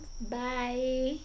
bye